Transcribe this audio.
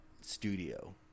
studio